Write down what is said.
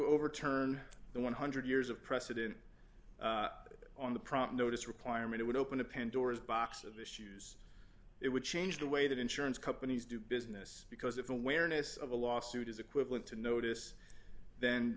overturn the one hundred years of precedent but on the proper notice requirement it would open a pandora's box of issues it would change the way that insurance companies do business because if awareness of a lawsuit is equivalent to notice then